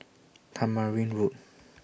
Tamarind Road